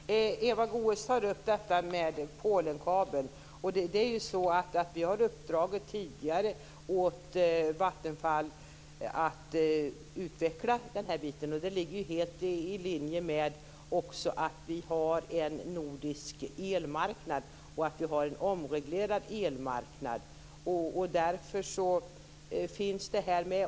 Fru talman! Eva Goës tar upp detta med Polenkabeln. Vi har ju tidigare uppdragit åt Vattenfall att utveckla den här delen, och det ligger ju helt i linje med att vi också har en nordisk elmarknad och en omreglerad elmarknad. Därför finns det här med.